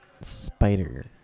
Spider